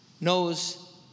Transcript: knows